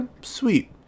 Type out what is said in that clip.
sweet